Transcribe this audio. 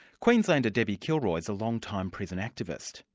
queenslander debbie kilroy is a long-time prison activist.